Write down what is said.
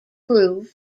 prove